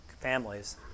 families